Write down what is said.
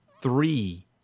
three